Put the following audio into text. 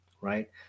right